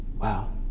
Wow